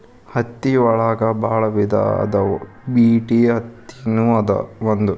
ಹತ್ತಿ ಒಳಗ ಬಾಳ ವಿಧಾ ಅದಾವ ಬಿಟಿ ಅತ್ತಿ ನು ಒಂದ